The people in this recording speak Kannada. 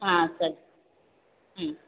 ಆಂ ಸರಿ ಹ್ಞೂ